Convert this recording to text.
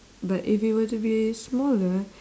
but if it were to be smaller